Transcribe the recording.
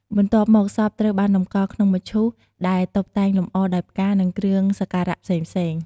បន្ទប់មកសពត្រូវបានតម្កល់ក្នុងមឈូសដែលតុបតែងលម្អដោយផ្កា និងគ្រឿងសក្ការៈផ្សេងៗ។